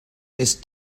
ist